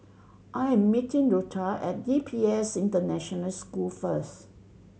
I am meeting Rutha at D P S International School first